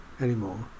anymore